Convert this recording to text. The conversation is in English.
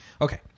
okay